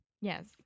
Yes